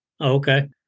Okay